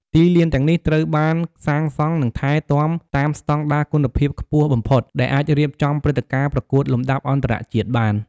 ទីលានទាំងនេះត្រូវបានសាងសង់ និងថែទាំតាមស្តង់ដារគុណភាពខ្ពស់បំផុត ដែលអាចរៀបចំព្រឹត្តិការណ៍ប្រកួតលំដាប់អន្តរជាតិបាន។